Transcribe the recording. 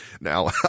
Now